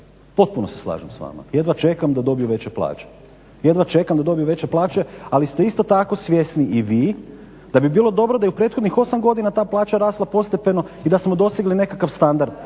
potpuno se slažem s vama, jedva čekam da dobiju veće plaće. Jedva čekam da dobiju veće plaće, ali ste isto tako svjesni i vi da bi bilo dobro da u prethodnih 8 godina ta plaća rasla postepeno i da smo dosegli nekakav standard.